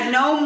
no